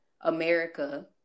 America